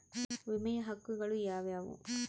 ವಿಮೆಯ ಹಕ್ಕುಗಳು ಯಾವ್ಯಾವು?